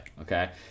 Okay